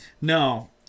No